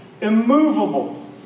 immovable